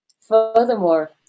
Furthermore